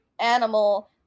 animal